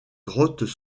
grottes